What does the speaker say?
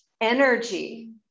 energy